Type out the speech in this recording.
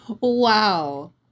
wow